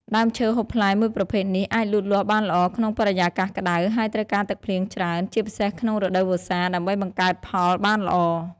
ដើមឈើហូបផ្លែមួយប្រភេទនេះ អាចលូតលាស់បានល្អក្នុងបរិយាកាសក្ដៅ ហើយត្រូវការទឹកភ្លៀងច្រើន ជាពិសេសក្នុងរដូវវស្សា ដើម្បីបង្កើតផលបានល្អ។